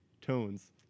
tones